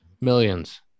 Millions